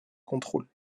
contrôle